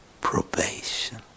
probation